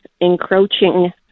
encroaching